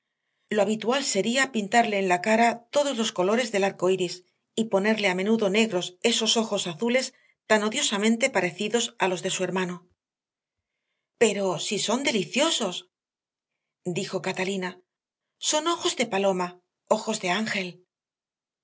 lo habitual sería pintarle en la cara todos los colores del arco iris y ponerle a menudo negros esos ojos azules tan odiosamente parecidos a los de su hermano pero si son deliciosos dijo catalina son ojos de paloma ojos de ángel